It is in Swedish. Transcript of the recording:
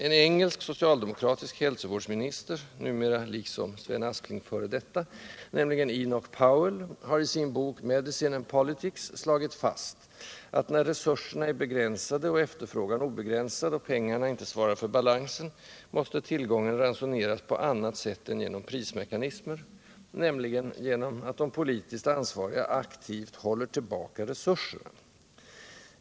En engelsk socialdemokratisk hälsovårdsminister, numera liksom Sven Aspling f. d., nämligen Enoch Powell, har i sin bok ”Medicine and Politics” slagit fast att, när resurserna är begränsade och efterfrågan obegränsad och pengarna inte svarar för balansen, tillgången måste ransoneras på annat sätt än genom prismekanismer, nämligen genom att de politiskt ansvariga aktivt håller tillbaka resurserna.